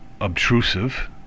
obtrusive